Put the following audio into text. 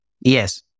Yes